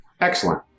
Excellent